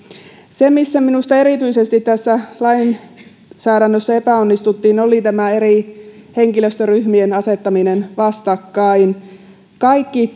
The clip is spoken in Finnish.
se missä minusta erityisesti tässä lainsäädännössä epäonnistuttiin oli tämä eri henkilöstöryhmien asettaminen vastakkain kaikki